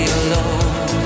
alone